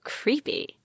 creepy